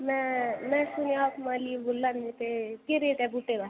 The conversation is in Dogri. मैं मैं सुनेया तुस माल्ली बोल्ला ने ते केह् रेट ऐ बूह्टे दा